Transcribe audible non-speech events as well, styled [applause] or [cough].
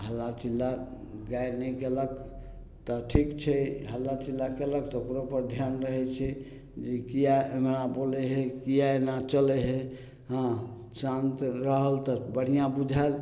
हल्ला चिल्ला [unintelligible] तऽ ठीक छै हल्ला चिल्ला कयलक तऽ ओकरोपर ध्यान रहय छै जे किया एना बोलय हइ किएक एना चलय हइ हँ शान्तत रहल तऽ बढ़िआँ बुझायल